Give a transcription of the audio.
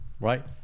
right